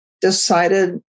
decided